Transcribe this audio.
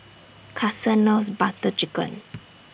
Kason loves Butter Chicken